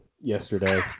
yesterday